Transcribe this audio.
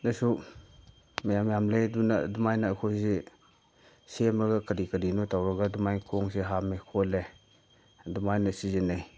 ꯗꯁꯨ ꯌꯥꯝ ꯌꯥꯝ ꯂꯩ ꯑꯗꯨꯅ ꯑꯗꯨꯃꯥꯏꯅ ꯑꯩꯈꯣꯏꯁꯤ ꯁꯦꯝꯃꯒ ꯀꯔꯤ ꯀꯔꯤꯅꯣ ꯇꯧꯔꯒ ꯑꯗꯨꯃꯥꯏ ꯈꯣꯡꯁꯦ ꯍꯥꯝꯃꯦ ꯈꯣꯠꯂꯦ ꯑꯗꯨꯃꯥꯏꯅ ꯁꯤꯖꯤꯟꯅꯩ